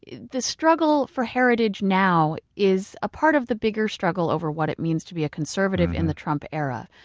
the struggle for heritage now is a part of the bigger struggle over what it means to be a conservative in the trump era.